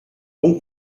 bon